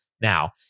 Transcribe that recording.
now